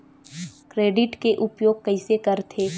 Credit के उपयोग कइसे करथे?